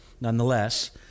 nonetheless